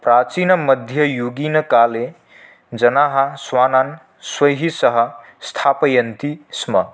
प्राचीनमध्ययुगीनकाले जनाः श्वानान् स्वैः सह स्थापयन्ति स्म